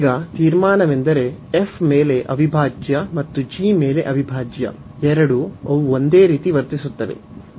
ಈಗ ತೀರ್ಮಾನವೆಂದರೆ f ಮೇಲೆ ಅವಿಭಾಜ್ಯ ಮತ್ತು g ಮೇಲೆ ಅವಿಭಾಜ್ಯ ಎರಡೂ ಅವು ಒಂದೇ ರೀತಿ ವರ್ತಿಸುತ್ತವೆ